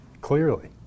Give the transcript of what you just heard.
Clearly